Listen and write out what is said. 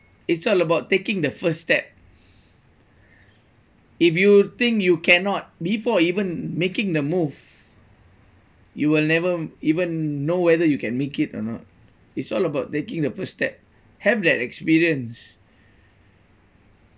it's all about taking the first step if you think you cannot before even making the move you will never even know whether you can make it or not it's all about taking the first step have that experience